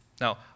Now